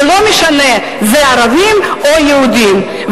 ולא משנה אם הם ערבים או יהודים.